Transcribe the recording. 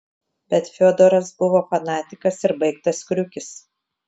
bet fiodoras buvo fanatikas ir baigtas kriukis